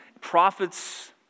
prophets